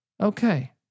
Okay